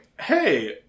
Hey